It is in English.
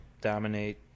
dominate